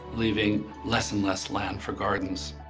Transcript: leaving less and less land for gardens,